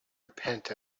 repent